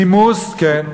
נימוס, כן.